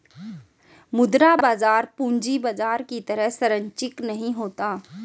मुद्रा बाजार पूंजी बाजार की तरह सरंचिक नहीं होता